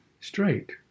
straight